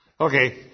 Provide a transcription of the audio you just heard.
Okay